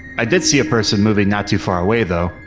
i did see a person moving not too far away though,